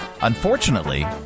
Unfortunately